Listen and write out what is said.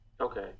okay